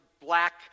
black